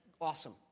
awesome